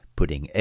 putting